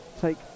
take